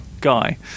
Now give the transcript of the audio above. guy